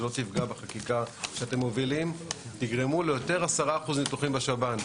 שלא תפגע בחקיקה שאתם מובילים ותגרמו ליותר 10% ניתוחים בשב"ן.